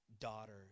daughter